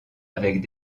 avec